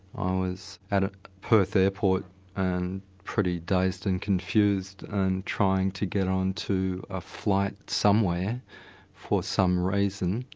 i was at a perth airport and pretty dazed and confused and trying to get onto a flight somewhere for some reason,